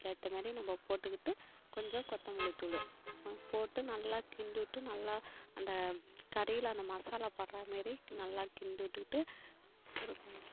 ஏற்ற மாதிரி நம்ம போட்டுக்கிட்டு கொஞ்சம் கொத்தமல்லித்தூளு போட்டு நல்லா கிண்டிவிட்டு நல்லா அந்த கறியில் அந்த மசாலா படுறா மாதிரி நல்லா கிண்டிவிட்டுக்கிட்டு ஒருக்கா